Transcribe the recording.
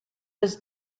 his